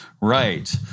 Right